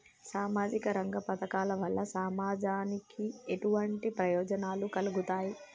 సామాజిక రంగ పథకాల వల్ల సమాజానికి ఎటువంటి ప్రయోజనాలు కలుగుతాయి?